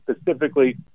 specifically